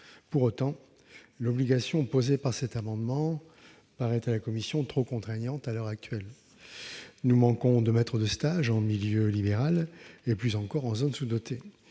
Pour autant, l'obligation posée par cet amendement nous apparaît trop contraignante à l'heure actuelle. Nous manquons de maîtres de stage en milieu libéral et, plus encore, en zones sous-dotées.